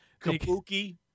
Kabuki